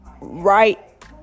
right